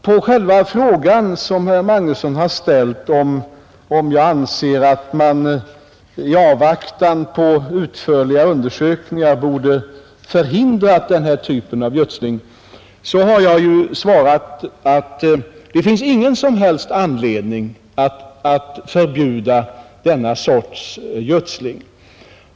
På själva frågan, som herr Magnusson i Kristinehamn har ställt, om jag anser att man i avvaktan på utförliga undersökningar borde förhindrat den här typen av gödsling, har jag svarat att det finns ingen som helst anledning att förbjuda denna sorts gödsling.